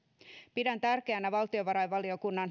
pidän tärkeänä valtiovarainvaliokunnan